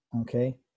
Okay